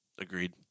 Agreed